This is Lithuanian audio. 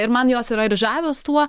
ir man jos yra ir žavios tuo